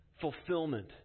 fulfillment